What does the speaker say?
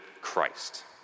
Christ